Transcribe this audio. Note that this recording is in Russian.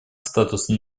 статуса